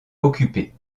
occupée